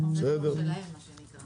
הסתייגויות שלהם מה שנקרא.